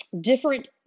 Different